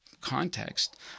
context